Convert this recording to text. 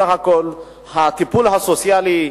בסך הכול הטיפול הסוציאלי,